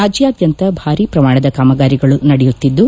ರಾಜ್ಯಾದ್ಯಂತ ಭಾರೀ ಪ್ರಮಾಣದ ಕಾಮಗಾರಿಗಳು ನಡೆಯುತ್ತಿದ್ದು